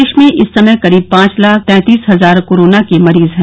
देश में इस समय करीब पांच लाख तैंतीस हजार कोरोना के मरीज हैं